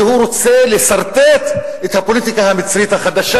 שהוא רוצה לסרטט את הפוליטיקה המצרית החדשה,